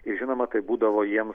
žinoma tai būdavo jiems